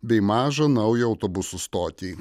bei mažą naują autobusų stotį